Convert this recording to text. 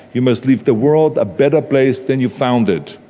you must leave the world a better place than you found it,